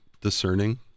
discerning